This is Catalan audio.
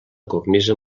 cornisa